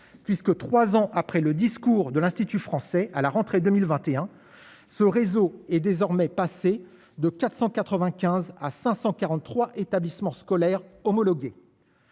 puisque, 3 ans après le discours de l'institut français à la rentrée 2021, ce réseau est désormais passé de 495 à 543 établissements scolaires homologué.